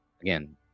Again